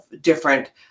different